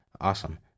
Awesome